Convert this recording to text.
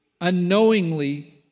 unknowingly